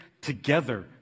together